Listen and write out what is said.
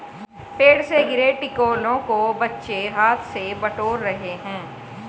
पेड़ से गिरे टिकोलों को बच्चे हाथ से बटोर रहे हैं